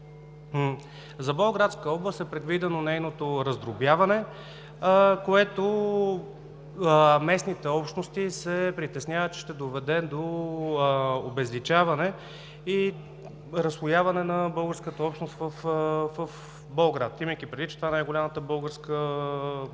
За Болградска област е предвидено нейното раздробяване, което местните общности се притесняват, че ще доведе до обезличаване и разслояване на българската общност в Болград, имайки предвид, че това е най-голямата българска област